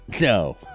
No